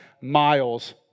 miles